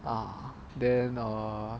uh then err